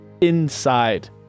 inside